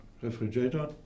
refrigerator